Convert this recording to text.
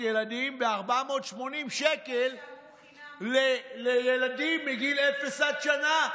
ילדים ו-480 שקלים לילדים מגיל אפס עד שנה.